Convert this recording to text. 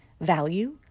Value